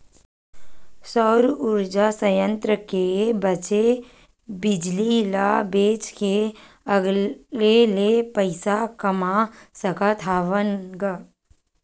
सउर उरजा संयत्र के बाचे बिजली ल बेच के अलगे ले पइसा कमा सकत हवन ग